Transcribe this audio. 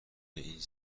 این